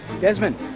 Desmond